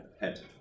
head